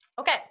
Okay